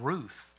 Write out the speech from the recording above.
Ruth